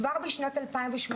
כבר בשנת 2018,